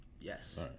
Yes